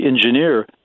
engineer